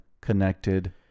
connected